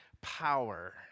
power